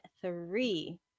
three